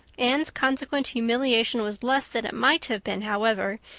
anne's consequent humiliation was less than it might have been, however,